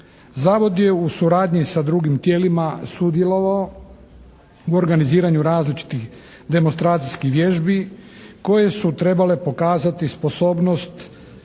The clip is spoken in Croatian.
Zavod je u suradnji sa drugim tijelima sudjelovao u organiziranju različitih demonstracijskih vježbi koje su trebale pokazati sposobnost